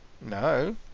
No